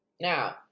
Now